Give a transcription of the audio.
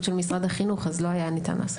של משרד החינוך אז לא ניתן היה לעשות את זה.